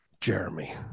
Jeremy